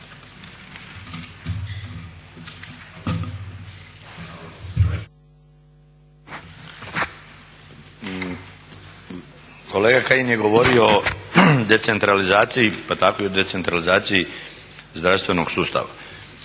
Kolega Kajin je govorio o decentralizaciji pa tako i o decentralizaciji zdravstvenog sustava.